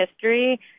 history